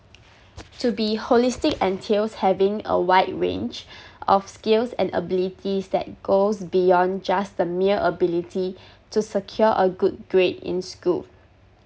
to be holistic entails having a wide range of skills and abilities that goes beyond just the mere ability to secure a good grade in school